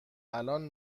الان